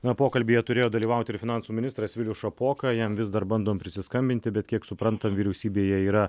na pokalbyje turėjo dalyvauti ir finansų ministras vilius šapoka jam vis dar bandom prisiskambinti bet kiek suprantam vyriausybėje yra